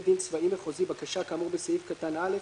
דין צבאי מחוזי בקשה כאמור בסעיף קטן (א),